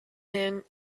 him